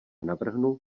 navrhnu